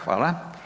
Hvala.